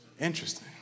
interesting